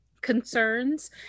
concerns